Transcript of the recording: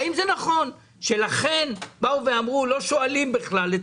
האם זה נכון שאמרו שלא שואלים כלל את